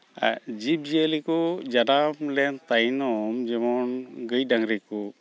ᱡᱤᱵᱽᱼᱡᱤᱭᱟᱹᱞᱤ ᱠᱚ ᱡᱟᱱᱟᱢ ᱞᱮᱱ ᱛᱟᱭᱱᱚᱢ ᱡᱮᱢᱚᱱ ᱜᱟᱹᱭ ᱰᱟᱹᱝᱨᱤ ᱠᱚ